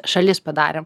šalis padarėm